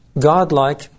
God-like